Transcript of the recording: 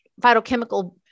phytochemical